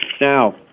Now